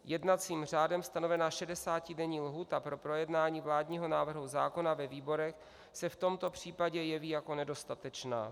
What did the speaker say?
Jednacím řádem stanovená 60denní lhůta pro projednání vládního návrhu zákona ve výborech se v tomto případě jeví jako nedostatečná.